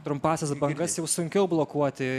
trumpąsias bangas jau sunkiau blokuoti